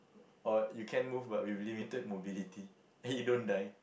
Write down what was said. or you can move but with limited mobility and you don't die